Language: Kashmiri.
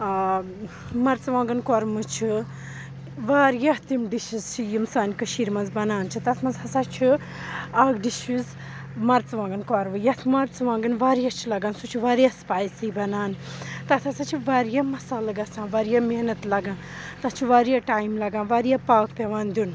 آ مَرژٕوانٛگَن کۅرمہٕ چھِ وارِیاہ تِم ڈِشِز چھِ یِم سانہِ کٔشیٖرِ منٛز بَنان چھِ تَتھ منٛز ہَسا چھُ اَکھ ڈِشِز مَرژٕوانٛگَن کۅربہٕ یَتھ منٛز مَرژٕٔوانٛگَن وارِیاہ چھِ لَگان سُہ چھُ وارِیاہ سُپایسی بَنان تَتھ ہَسا چھِ وارِیاہ مَسالہٕ گَژھان وارِیاہ محنت لَگان تَتھ چھِ وارِیاہ ٹایِم لَگان وارِیاہ پاکھ پٮ۪وان دِیُن